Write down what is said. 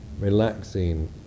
relaxing